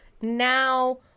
now